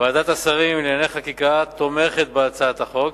ועדת השרים לענייני חקיקה תומכת בהצעת החוק,